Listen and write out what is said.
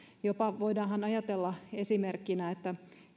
jopa ajatella esimerkkinä että